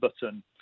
button